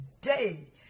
today